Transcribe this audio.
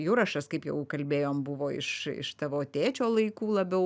jurašas kaip jau kalbėjom buvo iš iš tavo tėčio laikų labiau